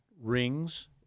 rings